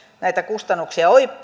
näitä kustannuksia